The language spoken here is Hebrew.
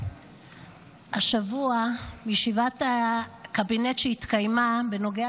השבוע בישיבת הקבינט שהתקיימה בנוגע